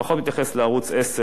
פחות מתייחס לערוץ-10,